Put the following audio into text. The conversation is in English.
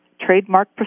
trademark